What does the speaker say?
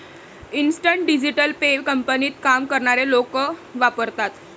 instant digital pay कंपनीत काम करणारे लोक वापरतात